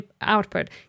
output